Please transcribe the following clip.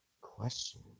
question